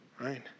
right